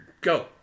Go